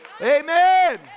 Amen